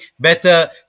better